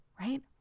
right